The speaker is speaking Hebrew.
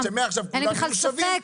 אין לי בכלל ספק.